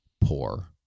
poor